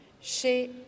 chez